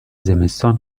زمستان